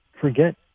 forget